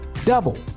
Double